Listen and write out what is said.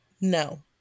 no